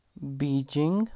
Beijing